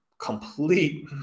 complete